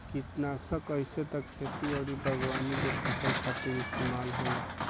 किटनासक आइसे त खेती अउरी बागवानी के फसल खातिर इस्तेमाल होला